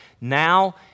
Now